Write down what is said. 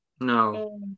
No